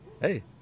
hey